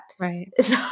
Right